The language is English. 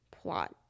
plot